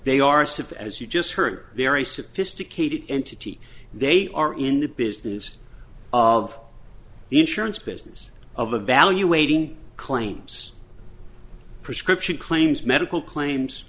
they are stupid as you just heard very sophisticated entity they are in the business of the insurance business of evaluating claims prescription claims medical claims